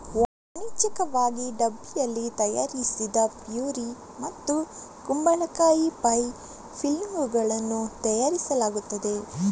ವಾಣಿಜ್ಯಿಕವಾಗಿ ಡಬ್ಬಿಯಲ್ಲಿ ತಯಾರಿಸಿದ ಪ್ಯೂರಿ ಮತ್ತು ಕುಂಬಳಕಾಯಿ ಪೈ ಫಿಲ್ಲಿಂಗುಗಳನ್ನು ತಯಾರಿಸಲಾಗುತ್ತದೆ